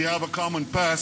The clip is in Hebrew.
We have a common past.